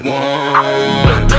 One